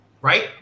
Right